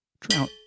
Trout